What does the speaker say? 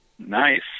nice